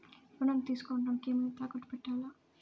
ఋణం తీసుకొనుటానికి ఏమైనా తాకట్టు పెట్టాలా?